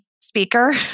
speaker